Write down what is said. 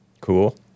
Cool